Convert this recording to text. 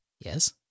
Yes